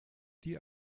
die